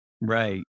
Right